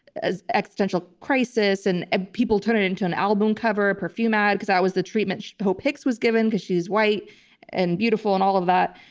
as an existential crisis. and ah people turned it into an album cover, a perfume ad because i was the treatment hope hicks was given because she's white and beautiful and all of that,